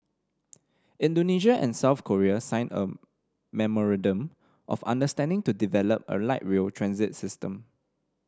Indonesia and South Korea signed a memorandum of understanding to develop a light rail transit system